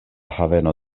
haveno